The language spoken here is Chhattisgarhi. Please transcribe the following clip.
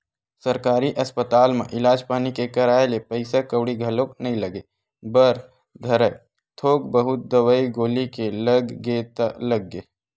सरकारी अस्पताल म इलाज पानी के कराए ले पइसा कउड़ी घलोक नइ लगे बर धरय थोक बहुत दवई गोली के लग गे ता लग गे